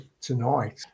tonight